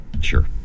Sure